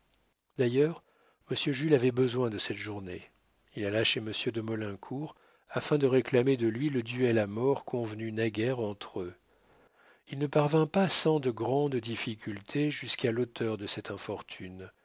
d'ailleurs monsieur jules avait besoin de cette journée il alla chez monsieur de maulincour afin de réclamer de lui le duel à mort convenu naguère entre eux il ne parvint pas sans de grandes difficultés jusqu'à l'auteur de cette infortune